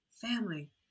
family